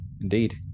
Indeed